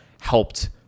helped